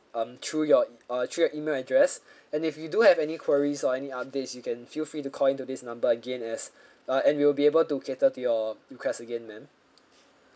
um through your uh through your email address and if you do have any queries or any updates you can feel free to call in to this number again as uh and we'll be able to cater to your requests again ma'am